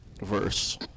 verse